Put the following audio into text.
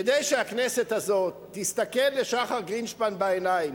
כדי שהכנסת הזאת תסתכל לשחר גרינשפן בעיניים,